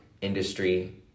industry